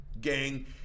gang